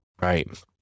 Right